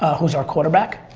who's our quarterback,